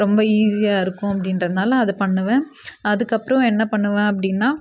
ரொம்ப ஈஸியாக இருக்கும் அப்படின்றதுனால அதை பண்ணுவேன் அதுக்கப்புறம் என்ன பண்ணுவேன் அப்படின்னா